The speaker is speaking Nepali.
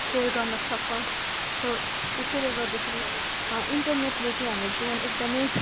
सेयर गर्न सक्छौँ सो त्यसैले गर्दाखेरि इनटरनेटले चाहिँ हाम्रो जीवन एकदमै